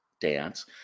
dance